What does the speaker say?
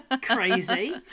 crazy